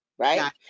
right